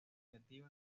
iniciativa